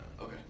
Okay